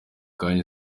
kanya